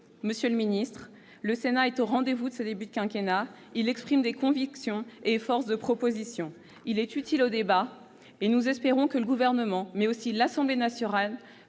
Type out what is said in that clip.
Monsieur le secrétaire d'État, le Sénat est au rendez-vous de ce début de quinquennat : il exprime des convictions et est une force de propositions. Il est utile au débat, et nous espérons que le Gouvernement, mais aussi l'Assemblée nationale